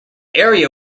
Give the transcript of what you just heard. area